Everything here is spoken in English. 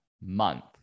month